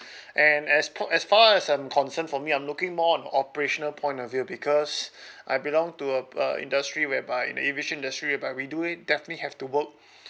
and as p~ as far as I'm concerned for me I'm looking more on operational point of view because I belong to a a industry whereby in aviation industry whereby we do it definitely have to work